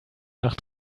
nach